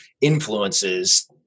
influences